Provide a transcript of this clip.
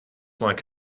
like